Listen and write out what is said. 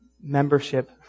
membership